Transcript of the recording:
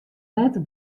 net